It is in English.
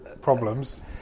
problems